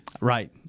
Right